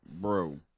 bro